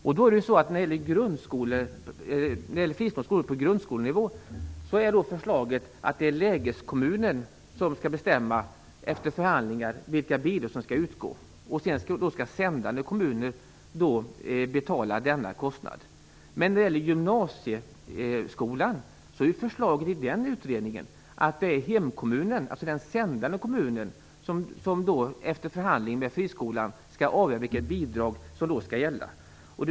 När det gäller fristående skolor på grundskolenivå är förslaget att lägeskommunen efter förhandlingar skall bestämma vilka bidrag som skall lämnas. Denna kostnad skall sändande kommuner betala. Men när det gäller gymnasieskolan föreslår den utredningen att hemkommunen, dvs. den sändande kommunen, efter förhandling med friskolan skall avgöra vilket bidrag som skall lämnas.